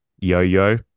Yo-Yo